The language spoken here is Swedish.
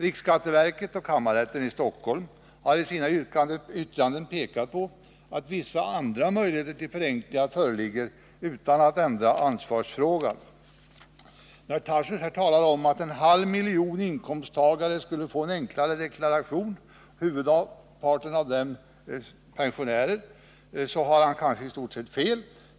Riksskatteverket och kammarrätten i Stockholm har i sina yttranden pekat på att vissa andra möjligheter till förenklingar föreligger utan att man ändrar ansvarsfrågan. När Daniel Tarschys talar om att en halv miljon inkomsttagare — huvudparten av dem pensionärer — skulle få en enklare deklaration så har han istort sett fel.